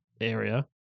area